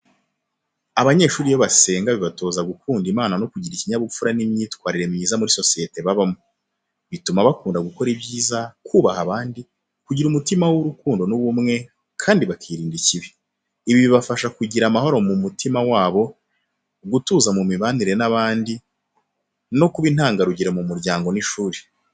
Abanyeshuri iyo basenga bibatoza gukunda Imana no kugira ikinyabupfura n'imyitwarire myiza muri sosiyete babamo. Bituma bakunda gukora ibyiza, kubaha abandi, kugira umutima w’urukundo n’ubumwe, kandi bakirinda ikibi. Ibi bibafasha kugira amahoro mu mutima wabo, gutuza mu mibanire n’abandi, no kuba intangarugero mu muryango n’ishuri.